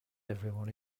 everyone